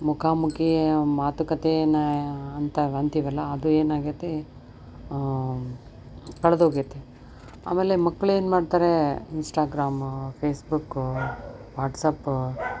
ಮುಖಾಮುಖಿ ಮಾತುಕತೆ ಏನು ಅಂತವೆ ಅಂತಿವಲ್ಲ ಅದು ಏನಾಗೈತಿ ಕಳೆದೋಗೈತಿ ಆಮೇಲೆ ಮಕ್ಳು ಏನು ಮಾಡ್ತಾರೆ ಇನ್ಸ್ಟಾಗ್ರಾಮ ಫೇಸ್ಬುಕ್ಕ ವಾಟ್ಸಪ್ಪ